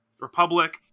Republic